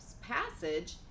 passage